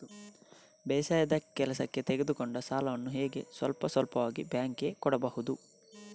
ಬೇಸಾಯದ ಕೆಲಸಕ್ಕೆ ತೆಗೆದುಕೊಂಡ ಸಾಲವನ್ನು ಹೇಗೆ ಸ್ವಲ್ಪ ಸ್ವಲ್ಪವಾಗಿ ಬ್ಯಾಂಕ್ ಗೆ ಕೊಡಬಹುದು?